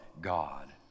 God